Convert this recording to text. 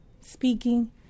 speaking